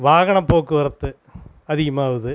வாகன போக்குவரத்து அதிகமாகுது